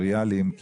פריפריאליים,